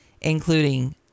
including